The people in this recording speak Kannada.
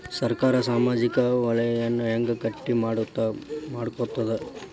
ಸರ್ಕಾರಾ ಸಾಮಾಜಿಕ ವಲಯನ್ನ ಹೆಂಗ್ ಗಟ್ಟಿ ಮಾಡ್ಕೋತದ?